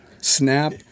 snap